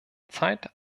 zeit